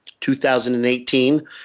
2018